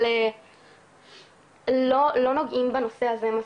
אבל לא נוגעים בנושא הזה מספיק.